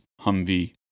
Humvee